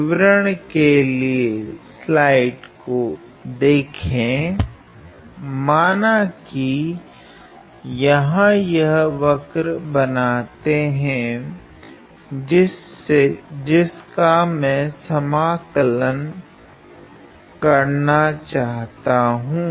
विवरण के लिए स्लाइड को देखे माना कि यहाँ यह वक्र बनाते हैं जिसका मे समाकल करना चाहता हूँ